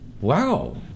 Wow